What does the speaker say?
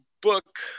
book